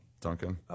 Duncan